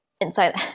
inside